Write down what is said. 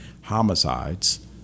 homicides